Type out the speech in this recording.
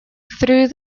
through